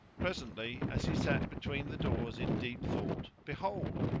presently as he sat between the doors in deep thought behold,